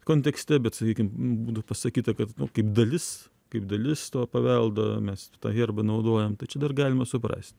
kontekste bet sakykim būtų pasakyta kad kaip dalis kaip dalis to paveldo mes tą herbą naudojam tai čia dar galima suprasti